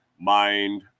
Mind